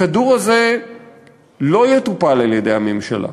הכדור הזה לא יטופל על-ידי הממשלה,